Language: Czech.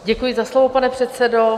Děkuji za slovo, pane předsedo.